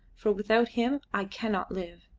for without him i cannot live.